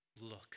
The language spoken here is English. Look